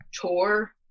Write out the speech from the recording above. tour